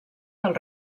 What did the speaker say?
del